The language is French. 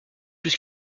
plus